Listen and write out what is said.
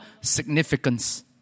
significance